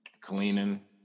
cleaning